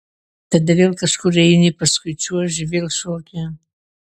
tada vėl kažkur eini paskui čiuoži vėl šoki